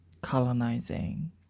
colonizing